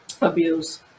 abuse